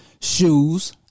shoes